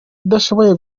udashoboye